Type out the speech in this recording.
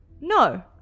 No